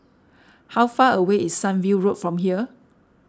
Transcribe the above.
how far away is Sunview Road from here